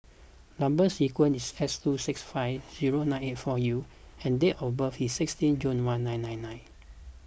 Number Sequence is S two six five zero nine eight four U and date of birth is sixteenth June one nine nine nine